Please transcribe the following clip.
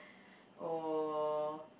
oh